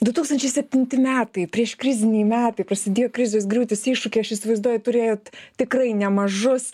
du tūkstančiai septinti metai prieškriziniai metai prasidėjo krizės griūtys iššūkių aš įsivaizduoju turėjot tikrai nemažus